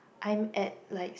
I am at likes